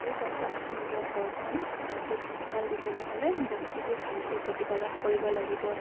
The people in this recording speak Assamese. এই পইচা আছে নিজৰ ঘৰখন ভালকে পোহপাল দিবলে হ'লে বস্তুটো ভালকে প্ৰতিপালন কৰিব লাগিব